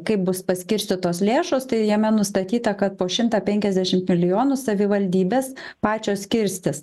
kaip bus paskirstytos lėšos tai jame nustatyta kad po šimtą penkiasdešimt milijonų savivaldybės pačios skirstis